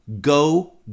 go